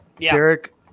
Derek